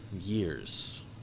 years